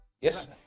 Yes